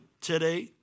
today